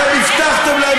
אתם הבטחתם להם